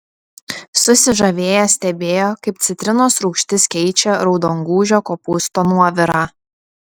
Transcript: susižavėję stebėjo kaip citrinos rūgštis keičia raudongūžio kopūsto nuovirą